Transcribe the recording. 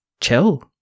chill